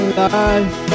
life